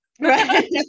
right